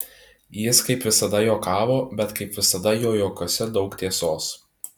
jis kaip visada juokavo bet kaip visada jo juokuose daug tiesos